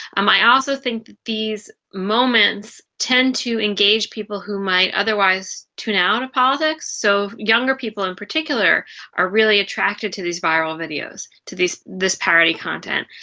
um i also think that these moments tend to engage people who might otherwise tune out of politics. so younger people in particular are really attracted to these viral videos, to this parody content.